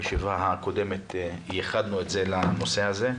את הישיבה הקודמת ייחדנו לנושא הזה.